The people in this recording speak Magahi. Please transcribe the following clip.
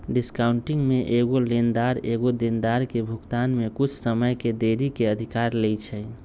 डिस्काउंटिंग में एगो लेनदार एगो देनदार के भुगतान में कुछ समय के देरी के अधिकार लेइ छै